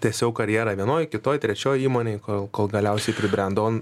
tęsiau karjerą vienoj kitoj trečioj įmonėj kol kol galiausiai pribrendon